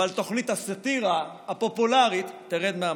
אבל תוכנית הסאטירה הפופולרית תרד מהמסך.